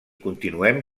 continuem